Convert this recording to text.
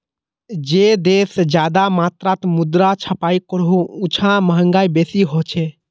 जे देश ज्यादा मात्रात मुद्रा छपाई करोह उछां महगाई बेसी होछे